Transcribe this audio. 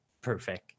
perfect